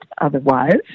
Otherwise